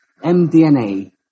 MDNA